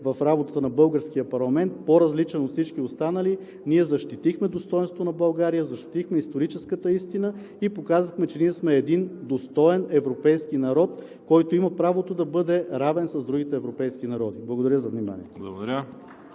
в работата на българския парламент, по-различен от всички останали, ние защитихме достойнството на България, защитихме историческата истина и показахме, че ние сме един достоен европейски народ, който има правото да бъде равен с другите европейски народи. Благодаря за вниманието.